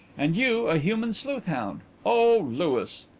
and you a human sleuth-hound. oh, louis!